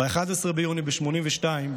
ב-11 ביוני 1982,